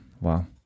wow